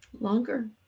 Longer